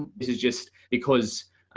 is is just because,